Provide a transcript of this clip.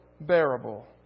bearable